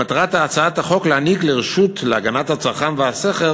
מטרת הצעת החוק להעמיד לרשות להגנת הצרכן והסחר